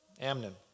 Amnon